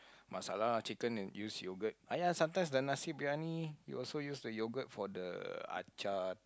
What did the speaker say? masala chicken and use yogurt !aiya! sometimes the nasi-biryani you also use the yogurt for the Achar